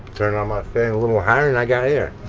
turn on my fan a little higher and i got air.